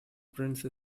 prince